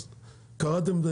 אז קראתם,